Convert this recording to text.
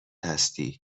هستی